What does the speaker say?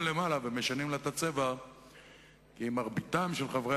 ל-70%, כי 1 חלקי 12